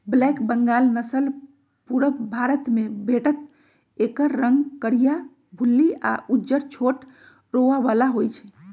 black Bengal नसल पुरुब भारतमे भेटत एकर रंग करीया, भुल्ली आ उज्जर छोट रोआ बला होइ छइ